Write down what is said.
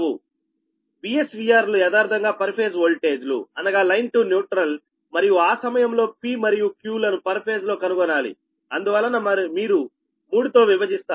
VS VR లు యదార్ధంగా per phase voltage లు అనగా లైన్ టు న్యూట్రల్ మరియు ఆ సమయంలో P మరియు Q లను పర్ ఫేజ్ లో కనుగొనాలి అందువలన మీరు మూడు తో విభజిస్తారు